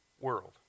world